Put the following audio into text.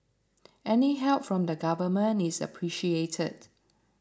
any help from the Government is appreciated